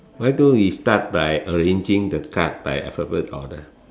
why don't we start by arranging the card by alphabet order